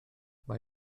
mae